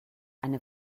eine